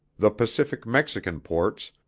the pacific mexican ports,